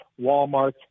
Walmart